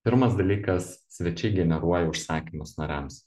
pirmas dalykas svečiai generuoja užsakymus nariams